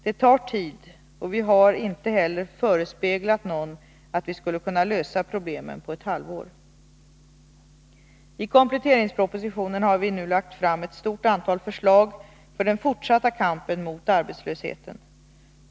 Det tar tid, och vi har inte heller förespeglat någon att vi skulle kunna lösa problemen på ett halvår. I kompletteringspropositionen har vi nu lagt fram ett stort antal förslag för den fortsatta kampen mot arbetslösheten.